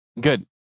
Good